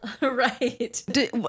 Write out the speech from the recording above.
Right